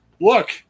Look